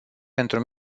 pentru